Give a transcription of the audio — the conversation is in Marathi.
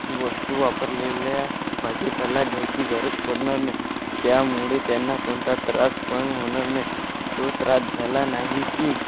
हे वस्तू वापरलेल्या भाजीपाला घ्यायची गरज पडणार नाही त्यामुळे त्यांना कोणता त्रास पण होणार नाही तो त्रास झाला नाही की